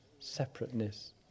separateness